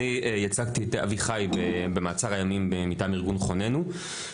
אני ייצגתי את אביחי במעצר מטעם ארגון "חוננו".